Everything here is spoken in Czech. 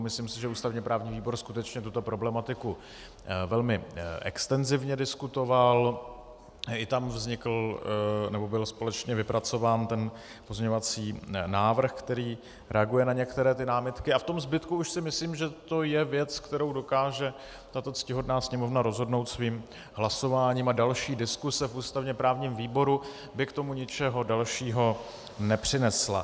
Myslím si, že ústavněprávní výbor skutečně tuto problematiku velmi extenzivně diskutoval, i tam vznikl, nebo byl společně vypracován ten pozměňovací návrh, který reaguje na některé ty námitky, a v tom zbytku už si myslím, že to je věc, kterou dokáže tato ctihodná Sněmovna rozhodnout svým hlasováním, a další diskuse v ústavněprávním výboru by k tomu ničeho dalšího nepřinesla.